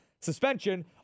suspension